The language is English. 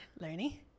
learning